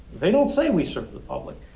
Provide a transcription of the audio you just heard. they don't say we serve the public.